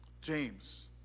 James